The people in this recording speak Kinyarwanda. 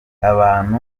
abantu